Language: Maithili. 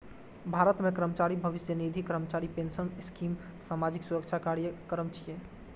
भारत मे कर्मचारी भविष्य निधि, कर्मचारी पेंशन स्कीम सामाजिक सुरक्षा कार्यक्रम छियै